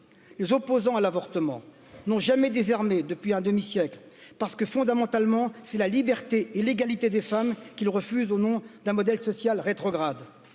les opposants à l'avortement n'ont jamais désarmé depuis un demi siècle parce que fondamentalement c'est de la liberté et l'égalité des femmes qu'ils refusent au nom d'un modèle social rétrograde